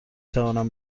توانم